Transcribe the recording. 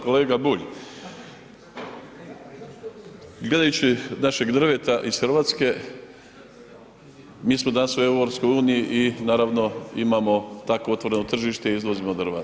Kolega Bulj, gledajući našeg drveta iz Hrvatske mi smo danas u EU i naravno imamo takvo otvoreno tržište i izvozimo drva.